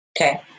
Okay